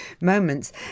moments